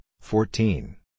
fourteen